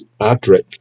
Adric